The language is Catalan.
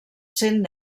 cent